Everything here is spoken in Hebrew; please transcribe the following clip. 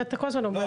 אתה כל הזמן אומר.